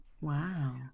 wow